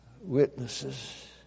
witnesses